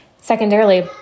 Secondarily